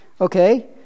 Okay